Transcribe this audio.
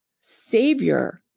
savior